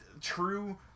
true